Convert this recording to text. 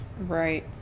Right